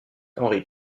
henri